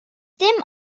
dim